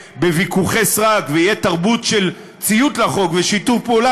בוויכוחי סרק ושתהיה תרבות של ציות לחוק ושיתוף פעולה,